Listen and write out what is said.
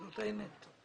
זאת האמת.